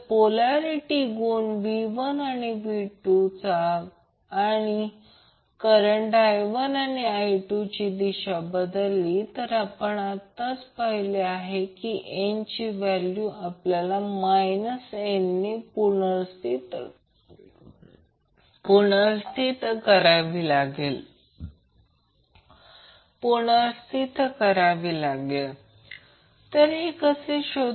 एक ω1 Z1 वर R j XL XC असेल जो R jR असेल जो Z1 असेल √ 2 R कोन 45 ° असेल कारण √ R 2 R 2 वर आणि कोन टॅन इन्वर्स 1 असेल कारण ते टॅन इन्वर्स R R असेल तर ते 45° असेल